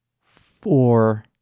four